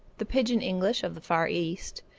the pigeon english of the far east,